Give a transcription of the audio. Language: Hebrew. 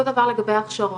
אותו דבר לגבי הכשרות,